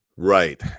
right